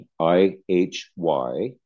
I-H-Y